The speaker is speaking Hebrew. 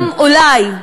היום אולי,